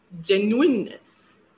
genuineness